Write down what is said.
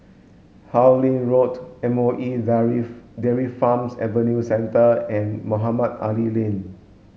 Harlyn Road M O E Dairy Farm Adventure Centre and Mohamed Ali Lane